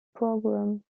program